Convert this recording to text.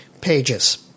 pages